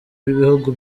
b’ibihugu